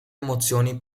emozioni